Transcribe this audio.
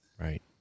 Right